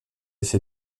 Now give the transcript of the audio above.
ces